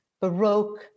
Baroque